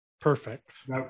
Perfect